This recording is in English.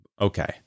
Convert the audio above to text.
Okay